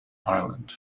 ireland